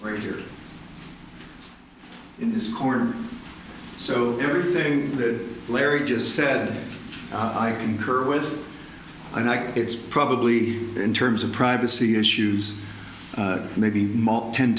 right here in this corner so everything that larry just said i concur with i know it's probably in terms of privacy issues maybe ten